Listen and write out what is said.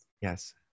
Yes